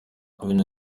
bene